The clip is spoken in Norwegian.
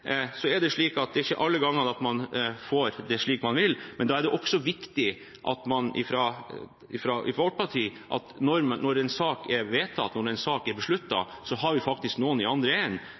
Så er det ikke alle ganger man får det slik man vil, men da er det for vårt parti viktig – når en sak er vedtatt og besluttet – at det faktisk er noen i den andre